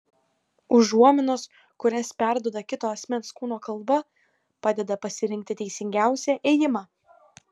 užuominos kurias perduoda kito asmens kūno kalba padeda pasirinkti teisingiausią ėjimą